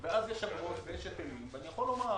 יש סעיף נוסף בהחלטת הממשלה, שאומר שעד